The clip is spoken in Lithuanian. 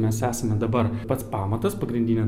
mes esame dabar pats pamatas pagrindinė